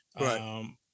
Right